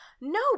no